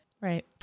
Right